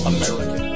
American